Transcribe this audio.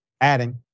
adding